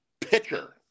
Pitcher